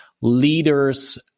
leaders